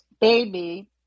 baby